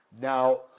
Now